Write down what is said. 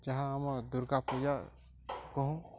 ଯାହା ଆମର ଦୁର୍ଗାପୂଜା କହୁ